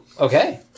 okay